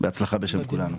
בהצלחה בשם כולנו.